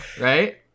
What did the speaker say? right